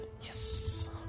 Yes